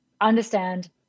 understand